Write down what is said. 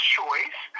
choice